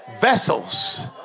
Vessels